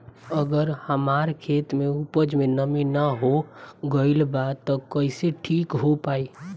अगर हमार खेत में उपज में नमी न हो गइल बा त कइसे ठीक हो पाई?